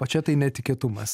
o čia tai netikėtumas